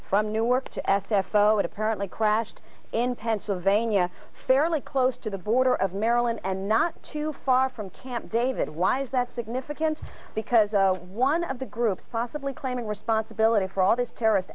from newark to s f o it apparently crashed in pennsylvania fairly close to the border of maryland and not too far from camp david why is that significant because one of the groups possibly claiming responsibility for all these terrorist